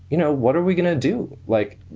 you know, what are we going to do? like,